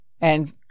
And-